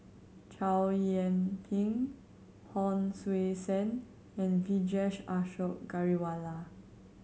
Chow Yian Ping Hon Sui Sen and Vijesh Ashok Ghariwala